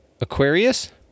Aquarius